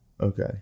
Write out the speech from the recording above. Okay